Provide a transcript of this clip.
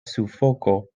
sufoko